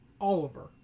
Oliver